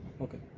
Okay